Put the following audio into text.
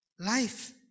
Life